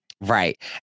Right